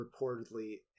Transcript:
reportedly